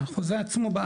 עצמו,